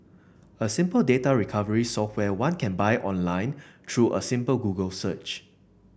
a simple data recovery software one can buy online through a simple Google search